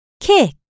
kick